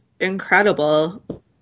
incredible